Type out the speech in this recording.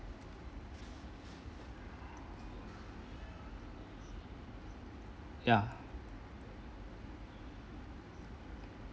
ya